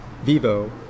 Vivo